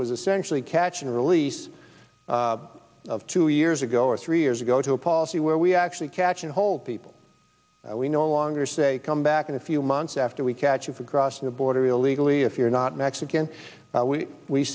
was essentially catch and release of two years ago or three years ago to a policy where we actually catch and hold people we no longer say come back in a few months after we catch you for crossing the border illegally if you're not mexican